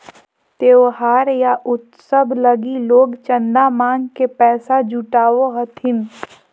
त्योहार या उत्सव लगी लोग चंदा मांग के पैसा जुटावो हथिन